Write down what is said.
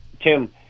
Tim